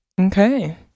Okay